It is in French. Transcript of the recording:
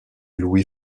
louis